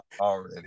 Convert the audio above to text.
already